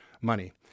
money